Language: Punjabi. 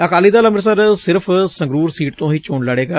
ਅਕਾਲੀ ਦਲ ਅੰਮ੍ਤਿਤਸਰ ਸਿਰਫ਼ ਸੰਗਰੂਰ ਸੀਟ ਤੋਂ ਹੀ ਚੋਣ ਲੜੇਗਾ